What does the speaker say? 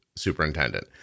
superintendent